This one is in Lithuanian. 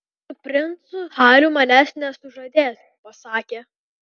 su princu hariu manęs nesužadės pasakė